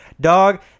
Dog